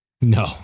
no